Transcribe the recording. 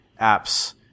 apps